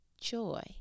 joy